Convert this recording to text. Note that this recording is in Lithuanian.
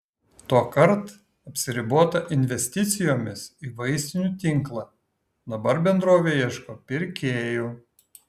tuokart apsiribota investicijomis į vaistinių tinklą dabar bendrovė ieško pirkėjų